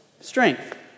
Strength